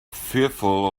fearful